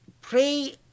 pray